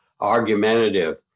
argumentative